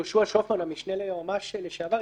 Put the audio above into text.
יהושע שופמן המשנה ליועמ"ש לשעבר,